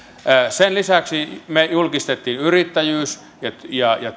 sen lisäksi me julkistimme yrittäjyys ja ja